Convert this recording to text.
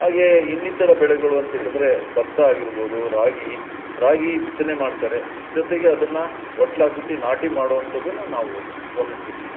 ಹಾಗೇ ಇನ್ನಿತರ ಬೆಳೆಗಳು ಅಂತ ಹೇಳಿದರೆ ಭತ್ತ ಆಗಿರ್ಬೋದು ರಾಗಿ ರಾಗಿ ಬಿತ್ತನೆ ಮಾಡ್ತಾರೆ ಜೊತೆಗೆ ಅದನ್ನು ಒಟ್ಲಾಕ್ಬಿಟ್ಟಿ ನಾಟಿ ಮಾಡುವಂಥದನ್ನ ನಾವು ಗಮನಿಸಿದ್ದೀವಿ